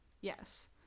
yes